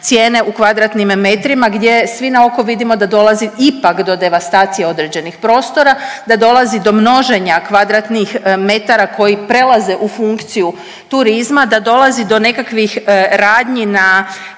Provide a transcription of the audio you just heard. cijene u kvadratnim metrima gdje svi na oko vidimo da dolazi ipak do devastacije određenih prostora, da dolazi do množenja kvadratnih metara koji prelaze u funkciju turizma, da dolazi do nekakvih radnji i